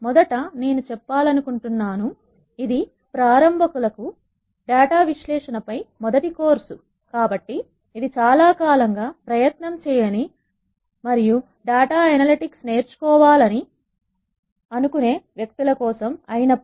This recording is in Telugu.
మనము ఎప్పుడైతే డాటా విశ్లేషణల గురించి మాట్లాడుకుంటున్నప్పుడువిశ్లేషణలు చేయడానికి అనేక అల్గోరిథంలు ఉపయోగించవచ్చు కాబట్టి ఈ కోర్సులో భాగంగా డేటా సైన్స్ సమస్యల పరంగా అన్ని భావనలను వివరించడానికి వాటిని పరిష్కరించడానికి తగి నప్పుడల్లా మేము ప్రయత్నిస్తాము